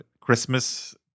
Christmas